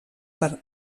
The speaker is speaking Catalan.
per